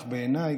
אך בעיניי,